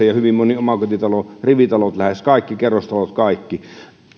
ja hyvin moni omakotitalo lähes kaikki rivitalot kaikki